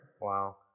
Wow